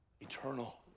Eternal